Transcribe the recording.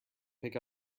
pick